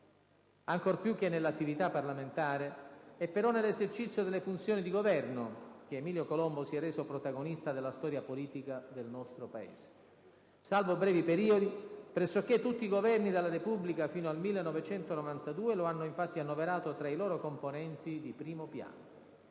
Ancor più che nell'attività parlamentare, è però nell'esercizio delle funzioni di Governo che Emilio Colombo si è reso protagonista della storia politica del nostro Paese: salvo brevi periodi, pressoché tutti i Governi della Repubblica fino al 1992 lo hanno infatti annoverato tra i loro componenti di primo piano.